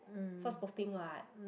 first posting what